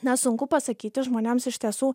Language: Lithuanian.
nesunku pasakyti žmonėms iš tiesų